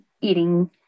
eating